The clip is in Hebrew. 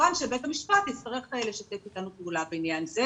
כמובן שבית המשפט יצטרך לשתף אתנו פעולה בעניין הזה.